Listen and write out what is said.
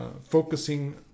focusing